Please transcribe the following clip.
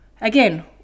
again